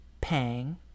Pang